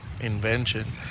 invention